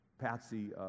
Patsy